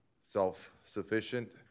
self-sufficient